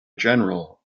general